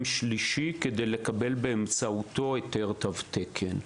שלישי כדי לקבל באמצעותו היתר תו תקן.